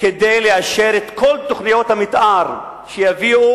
כדי לאשר את כל תוכניות המיתאר שיביאו